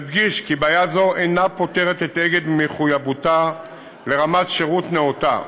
נדגיש כי בעיה זו אינה פוטרת את "אגד" ממחויבותה לרמת שירות נאותה,